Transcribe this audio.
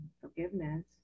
forgiveness